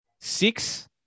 Six